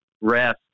rest